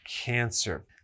cancer